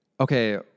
Okay